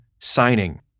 signing